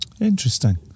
Interesting